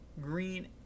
green